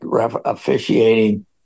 officiating